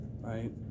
right